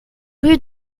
rue